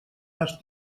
les